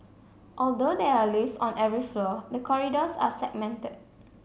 although there are lifts on every floor the corridors are segmented